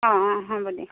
অঁ অঁ হ'ব দিয়া